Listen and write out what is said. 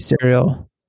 cereal